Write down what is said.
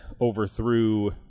overthrew